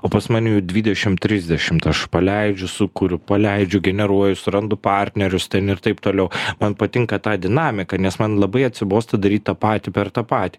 o pas mane jų dvidešim trisdešimt aš paleidžiu sukuriu paleidžiu generuoju surandu partnerius ten ir taip toliau man patinka ta dinamika nes man labai atsibosta daryt tą patį per tą patį